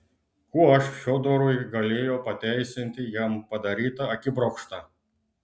kuo aš fiodorui galėjau pateisinti jam padarytą akibrokštą